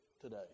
today